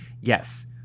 Yes